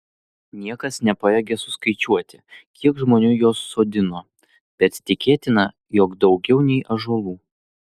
niekas nepajėgė suskaičiuoti kiek žmonių juos sodino bet tikėtina jog daugiau nei ąžuolų